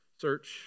search